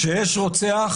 כשיש רוצח,